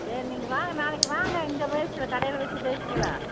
சரி நீங்கள் வாங்க நாளைக்கு வாங்க இங்கே பேசிக்கலாம் கடையில் வச்சு பேசிக்கலாம்